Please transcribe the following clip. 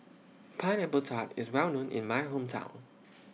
Pineapple Tart IS Well known in My Hometown